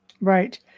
Right